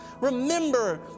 Remember